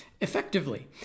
effectively